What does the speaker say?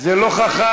זה לא חכם.